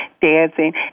dancing